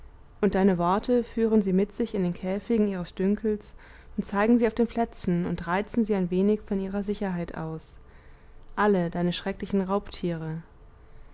und deine worte führen sie mit sich in den käfigen ihres dünkels und zeigen sie auf den plätzen und reizen sie ein wenig von ihrer sicherheit aus alle deine schrecklichen raubtiere